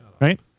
Right